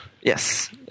Yes